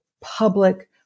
public